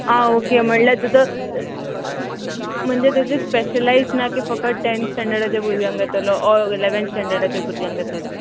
आं ओके म्हणल्यार तुजो म्हणजे तेजे स्पेशलाइज ना की फकत टॅन स्टँडर्डाच्या भुरग्यांक घेतलो ऑर इलेवॅन स्टँडर्डाच्या भुरग्यांक येतोलो